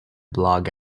blog